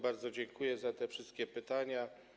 Bardzo dziękuję za te wszystkie pytania.